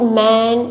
man